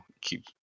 keep